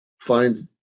find